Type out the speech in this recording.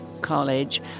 College